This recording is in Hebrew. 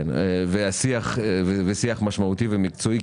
כן, ושיח משמעותי ומקצועי.